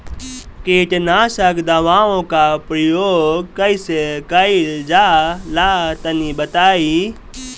कीटनाशक दवाओं का प्रयोग कईसे कइल जा ला तनि बताई?